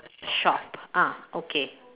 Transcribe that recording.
shop ah okay